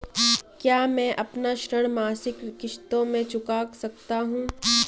क्या मैं अपना ऋण मासिक किश्तों में चुका सकता हूँ?